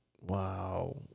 Wow